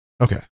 okay